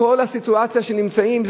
ובכל הסיטואציה שנמצאים,